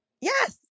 Yes